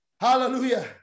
Hallelujah